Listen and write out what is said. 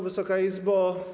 Wysoka Izbo!